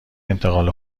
انتقال